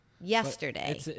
Yesterday